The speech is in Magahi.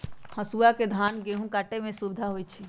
हसुआ से धान गहुम काटे में सुविधा होई छै